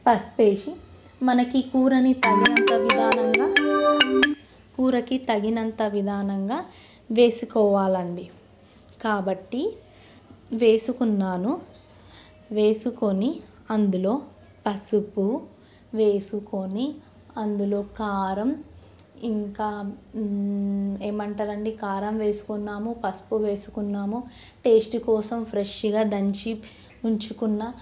పసుపు వేసి మనకి కూరని తగినంత విధానంగా కూరకి తగినంత విధానంగా వేసుకోవాలండి కాబట్టి వేసుకున్నాను వేసుకొని అందులో పసుపు వేసుకొని అందులో కారం ఇంకా ఏమంటారండి కారం వేసుకున్నాము పసుపు వేసుకున్నాము టేస్ట్ కోసం ఫ్రెష్గా దంచి ఉంచుకున్న